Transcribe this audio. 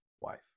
wife